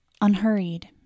Unhurried